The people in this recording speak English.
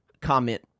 comment